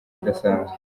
idasanzwe